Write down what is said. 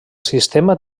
sistema